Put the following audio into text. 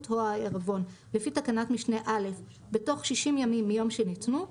או העירבון לפי תקנת משנה (א) בתוך 60 ימים מיום שניתנו,